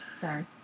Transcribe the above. Sorry